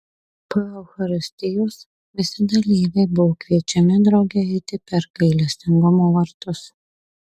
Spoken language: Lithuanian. po eucharistijos visi dalyviai buvo kviečiami drauge eiti per gailestingumo vartus